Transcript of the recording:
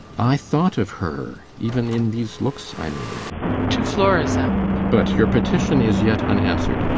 i thought of her even in these looks i made to florizel. but your petition is yet unanswer'd.